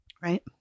Right